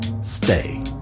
stay